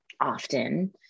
often